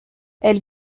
elle